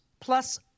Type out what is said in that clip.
plus